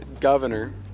governor